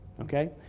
okay